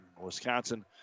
Wisconsin